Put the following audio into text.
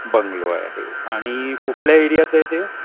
bungalow आहे आणि कुठल्या एरियाचं आहे ते